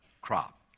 crop